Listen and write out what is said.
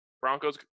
Broncos